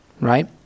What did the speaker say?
right